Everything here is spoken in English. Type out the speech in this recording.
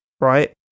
right